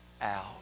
out